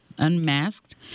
Unmasked